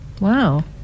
Wow